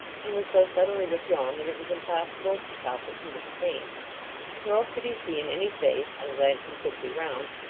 and was so suddenly withdrawn that it was impossible to tell from whom it came nor could he see in any face, on glancing quickly round,